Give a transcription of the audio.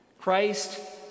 Christ